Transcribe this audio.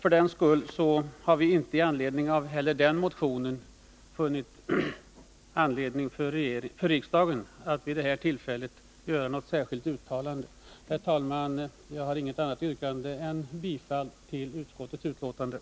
För den skull har vi inte heller i anledning av motionen funnit skäl för riksdagen att göra något särskilt uttalande. Herr talman! Jag har inget annat yrkande än om bifall till utskottets hemställan.